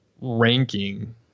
ranking